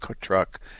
truck